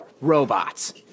Robots